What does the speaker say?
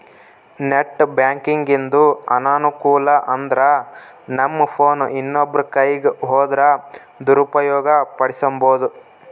net ಬ್ಯಾಂಕಿಂಗಿಂದು ಅನಾನುಕೂಲ ಅಂದ್ರನಮ್ ಫೋನ್ ಇನ್ನೊಬ್ರ ಕೈಯಿಗ್ ಹೋದ್ರ ದುರುಪಯೋಗ ಪಡಿಸೆಂಬೋದು